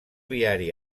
viari